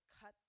cut